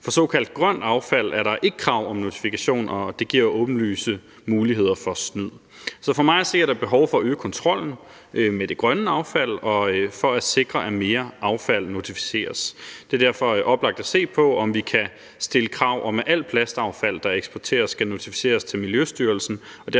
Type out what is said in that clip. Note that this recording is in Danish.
For såkaldt grønt affald er der ikke krav om notifikation, og det giver jo åbenlyse muligheder for snyd. Så for mig at se er der behov for at øge kontrollen med det grønne affald og for at sikre, at mere affald notificeres. Det er derfor oplagt at se på, om vi kan stille krav om, at al plastaffald, der eksporteres, skal notificeres til Miljøstyrelsen